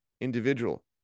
individual